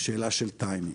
שאלה של טיימינג.